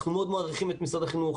אנחנו מאוד מעריכים את משרד החינוך.